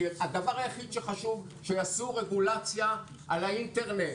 הדבר היחיד שחשוב הוא שיעשו רגולציה על האינטרנט.